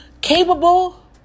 capable